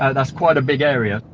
ah that's quite a big area,